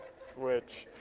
switch.